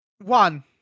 One